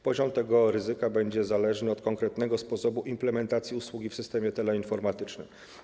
Poziom tego ryzyka będzie zależny od konkretnego sposobu implementacji usługi w systemie teleinformatycznym.